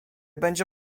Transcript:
będzie